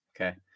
Okay